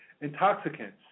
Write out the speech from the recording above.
intoxicants